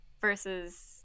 versus